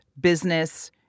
business